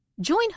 Join